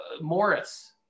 Morris